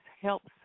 helps